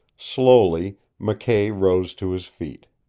slowly mckay rose to his feet.